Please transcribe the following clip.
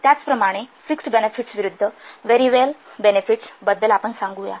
त्याचप्रमाणे fixed benefits विरुद्ध variable बेनेफिट्सब बद्दल आपण सांगू या